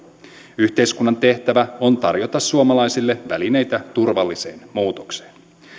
yhteiskunnan tehtävä on tarjota suomalaisille välineitä turvalliseen muutokseen